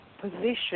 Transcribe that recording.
position